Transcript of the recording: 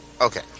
Okay